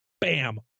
Bam